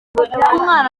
umwana